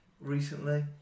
recently